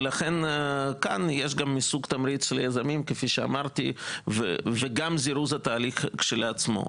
ולכן יש בצעד הזה גם תמריץ ליזמים וגם זירוז התהליך עצמו.